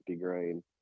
grain